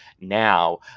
now